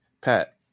pat